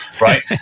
right